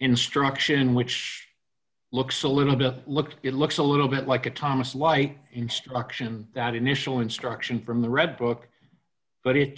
instruction which looks a little bit look it looks a little bit like a thomas lite instruction that initial instruction from the redbook but it